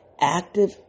Active